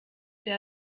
der